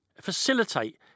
facilitate